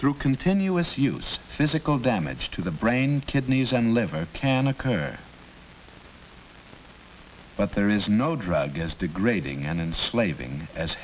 through continuous use physical damage to the brain kidneys and liver can occur but there is no drug as degrading and slaving as